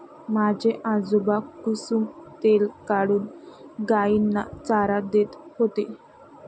माझे आजोबा कुसुम तेल काढून गायींना चारा देत होते